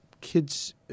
kids